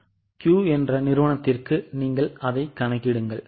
Q என்ற நிறுவனத்திற்கு நீங்கள் அதை கணக்கிடுங்கள்